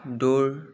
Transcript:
দৌৰ